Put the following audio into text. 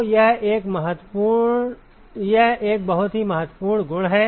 तो यह एक बहुत ही महत्वपूर्ण गुण है